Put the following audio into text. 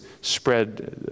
spread